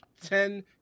ten